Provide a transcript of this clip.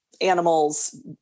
animals